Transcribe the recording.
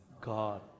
God